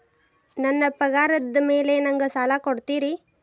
ನನ್ನ ಪಗಾರದ್ ಮೇಲೆ ನಂಗ ಸಾಲ ಕೊಡ್ತೇರಿ?